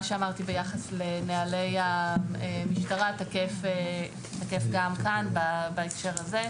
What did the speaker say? מה שאמרתי ביחס לנהלי המשטרה תקף גם כאן בהקשר הזה.